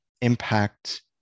impact